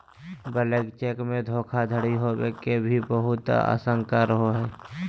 blank cheque मे धोखाधडी होवे के भी बहुत आशंका रहो हय